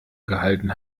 gehalten